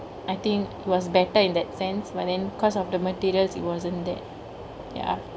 I think was better in that sense but then cause of the materials it wasn't that ya